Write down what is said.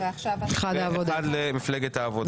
ואחד למפלגת העבודה.